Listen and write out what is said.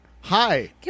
hi